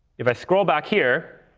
if i scroll back here,